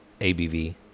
ABV